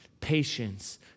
patience